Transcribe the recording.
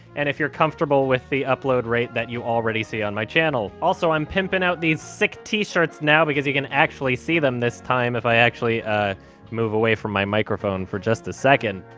and if you're comfortable with the upload rate that you already see on my channel. also, i'm pimping out these sick t-shirts now, because you can actually see them this time, if i actually move away from my microphone for just a second.